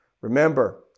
Remember